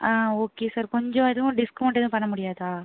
ஆ okay sir கொஞ்சம் எதுவும் discount எதுவும் பண்ண முடியாதா